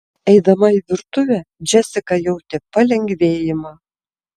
eidama į virtuvę džesika jautė palengvėjimą